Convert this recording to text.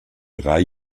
drei